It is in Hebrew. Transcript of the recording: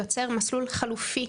יוצר מסלול חלופי.